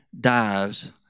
dies